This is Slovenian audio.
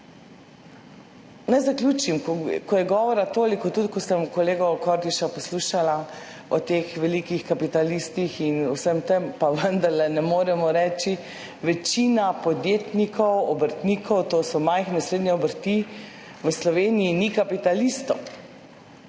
Naj zaključim. Ko je govora toliko, tudi ko sem poslušala kolega Kordiša, o teh velikih kapitalistih in vsem tem, pa vendarle ne moremo reči, večina podjetnikov, obrtnikov, to so majhne in srednje obrti, v Sloveniji ni kapitalistov.